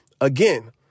Again